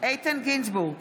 איתן גינזבורג,